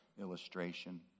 illustration